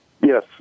Yes